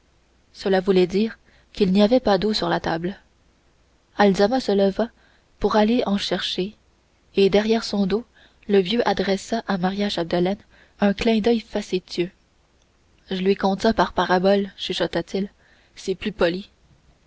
cela voulait dire qu'il n'y avait pas d'eau sur la table azalma se leva pour aller en chercher et derrière son dos le vieux adressa à maria chapdelaine un clin d'oeil facétieux je lui conte ça par paraboles chuchota t il c'est plus poli